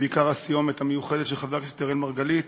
ובעיקר הסיומת המיוחדת של חבר הכנסת אראל מרגלית,